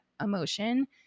emotion